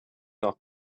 noch